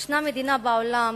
יש מדינה בעולם